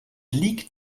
liegt